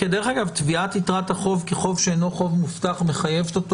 תביעת יתרת החוב כחוב שאינו חוב מובטח מחייבת אותו